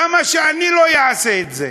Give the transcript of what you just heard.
למה שאני לא אעשה את זה?